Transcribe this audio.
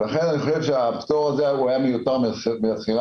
אני חושב שהפטור הזה היה מיותר מלכתחילה,